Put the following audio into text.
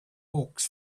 hawks